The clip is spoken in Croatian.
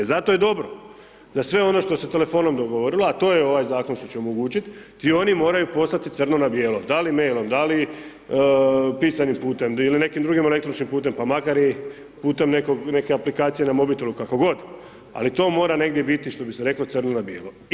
Zato je dobro da sve ono što se telefonom dogovorilo a to je ovaj zakon što će omogućit, gdje oni moraju poslat crno na bijelo, da li mailom, da li pisanim putem ili nekim drugim elektronskim putem pa makar i putem neke aplikacije na mobitelu, kako god, ali to mora negdje biti što bi se reklo, crno na bijelo.